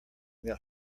that